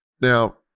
Now